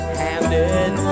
handed